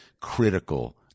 critical